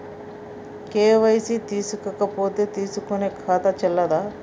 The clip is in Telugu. కే.వై.సీ చేసుకోకపోతే తీసుకునే ఖాతా చెల్లదా?